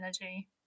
energy